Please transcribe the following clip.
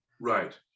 Right